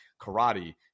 karate